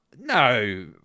No